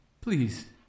please